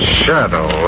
shadow